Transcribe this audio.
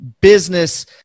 Business